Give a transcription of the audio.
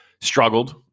struggled